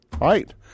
Right